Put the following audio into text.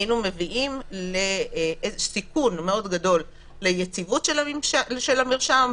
היינו מביאים לסיכון מאוד גדול ליציבות של המרשם.